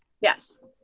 Yes